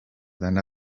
than